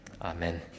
Amen